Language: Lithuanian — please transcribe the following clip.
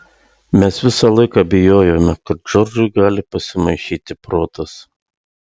mes visą laiką bijojome kad džordžui gali pasimaišyti protas